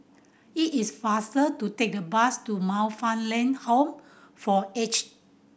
it is faster to take the bus to Man Fatt Lam Home for Aged